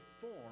form